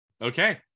okay